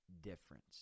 difference